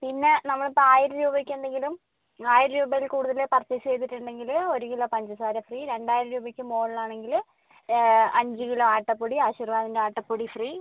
പിന്നെ നമ്മൾ ഇപ്പം ആയിരം രൂപയ്ക്ക് എന്തെങ്കിലും ആയിരം രൂപയിൽ കൂടുതൽ പർച്ചേസ് ചെയ്തിട്ടുണ്ടെങ്കിൽ ഒരു കിലോ പഞ്ചസാര ഫ്രീ രണ്ടായിരം രൂപയ്ക്ക് മുകളിൽ ആണെങ്കിൽ അഞ്ച് കിലോ ആട്ടപ്പൊടി ആശീർവാദിൻ്റെ ആട്ടപ്പൊടി ഫ്രീ